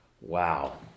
Wow